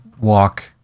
walk